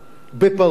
ב"פּארֶטוֹ",